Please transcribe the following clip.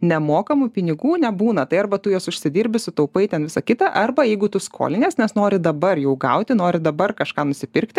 nemokamų pinigų nebūna tai arba tu juos užsidirbi sutaupai ten visą kitą arba jeigu tu skoliniesi nes nori dabar jau gauti nori dabar kažką nusipirkti